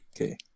Okay